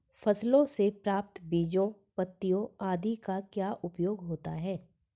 फसलों से प्राप्त बीजों पत्तियों आदि का क्या उपयोग होता है?